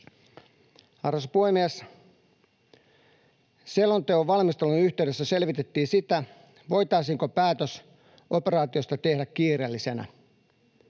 Arvoisa puhemies! Selonteon valmistelun yhteydessä selvitettiin sitä, voitaisiinko päätös operaatiosta tehdä kiireellisenä.